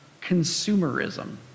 consumerism